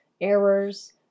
errors